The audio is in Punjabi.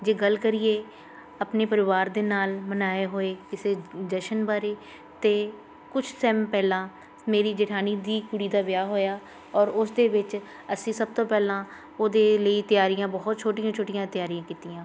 ਜੇ ਗੱਲ ਕਰੀਏ ਆਪਣੇ ਪਰਿਵਾਰ ਦੇ ਨਾਲ ਮਨਾਏ ਹੋਏ ਕਿਸੇ ਜਸ਼ਨ ਬਾਰੇ ਅਤੇ ਕੁਛ ਟਾਇਮ ਪਹਿਲਾਂ ਮੇਰੀ ਜੇਠਾਣੀ ਦੀ ਕੁੜੀ ਦਾ ਵਿਆਹ ਹੋਇਆ ਔਰ ਉਸਦੇ ਵਿੱਚ ਅਸੀਂ ਸਭ ਤੋਂ ਪਹਿਲਾਂ ਉਹਦੇ ਲਈ ਤਿਆਰੀਆਂ ਬਹੁਤ ਛੋਟੀਆਂ ਛੋਟੀਆਂ ਤਿਆਰੀਆਂ ਕੀਤੀਆਂ